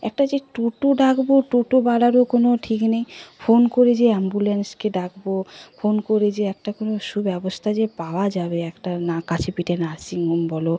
একটা যে টোটো ডাকব টোটোওয়ালারও কোনো ঠিক নেই ফোন করে যে অ্যাম্বুলেন্সকে ডাকব ফোন করে যে একটা কোনো সুব্যবস্থা যে পাওয়া যাবে একটা না কাছেপিঠে নার্সিং হোম বলো